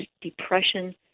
depression